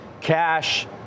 cash